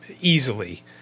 easily